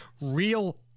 Real